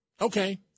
Okay